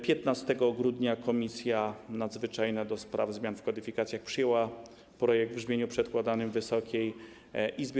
15 grudnia Komisja Nadzwyczajna do spraw zmian w kodyfikacjach przyjęła projekt w brzmieniu przedkładanym Wysokiej Izbie.